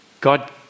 God